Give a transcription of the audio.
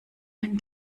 mein